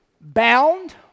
Bound